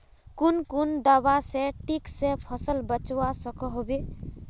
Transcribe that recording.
कुन कुन दवा से किट से फसल बचवा सकोहो होबे?